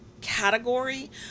category